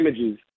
images